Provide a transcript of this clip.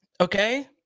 Okay